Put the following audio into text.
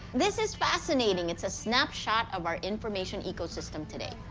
this is fascinating it's a snapshot of our information ecosystem today.